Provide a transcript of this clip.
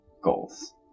goals